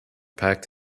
packed